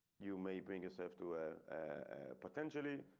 you may bring yourself to a potentially.